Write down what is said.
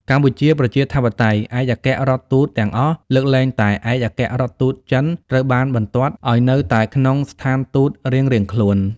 កម្ពុជា ប្រជាធិបតេយ្យ ឯកអគ្គរដ្ឋទូតទាំងអស់ លើកលែងតែឯកអគ្គរដ្ឋទូតចិន ត្រូវបានបន្ទាត់ឱ្យនៅតែក្នុងស្ថានទូតរៀងៗខ្លួន ។